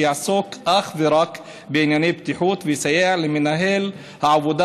שיעסוק אך ורק בענייני בטיחות ויסייע למנהל העבודה